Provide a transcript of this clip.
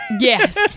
yes